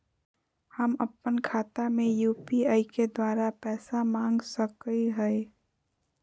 हम अपन खाता में यू.पी.आई के द्वारा पैसा मांग सकई हई?